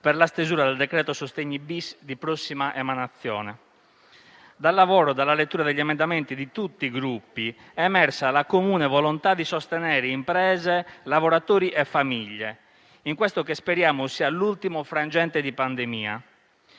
per la stesura del secondo decreto-legge sostegni di prossima emanazione. Dal lavoro e dalla lettura degli emendamenti di tutti i Gruppi è emersa la comune volontà di sostenere imprese, lavoratori e famiglie in questo che speriamo sia l'ultimo frangente di pandemia.